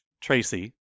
Tracy